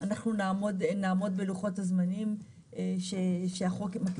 אנחנו נעמוד בלוחות הזמנים שהחוק יקבע.